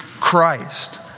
Christ